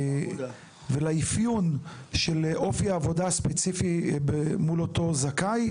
ולאפיון של אופי העבודה הספציפי מול אותו זכאי.